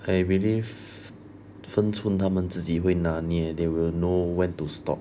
I believe 分寸他们自己会拿捏 they will know when to stop